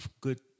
good